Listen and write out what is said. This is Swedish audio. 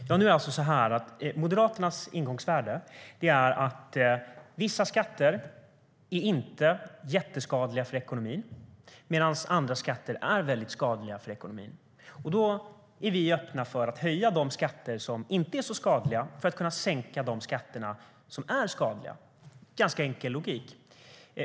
Herr talman! Moderaternas ingångsvärde är att vissa skatter inte är jätteskadliga för ekonomin medan andra skatter är väldigt skadliga för ekonomin. Då är vi öppna för att höja de skatter som inte är särskilt skadliga för att kunna sänka de skatter som är skadliga. Det är ganska enkel logik.